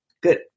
good